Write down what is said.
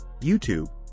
YouTube